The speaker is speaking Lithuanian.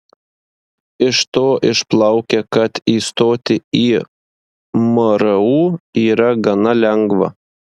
iš to išplaukia kad įstoti į mru yra gana lengva